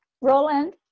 Roland